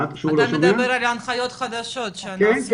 כן.